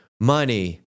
money